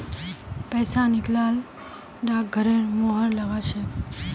पैसा निकला ल डाकघरेर मुहर लाग छेक